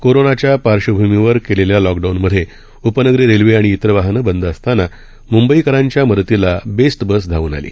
कोरोनाच्या पार्श्वभूमीवर केलेल्या लॉकडाऊनमध्ये उपनगरी रेल्वे आणि इतर वाहने बंद असताना मुंबईकरांच्या मदतीला बेस्टबस धाऊन आली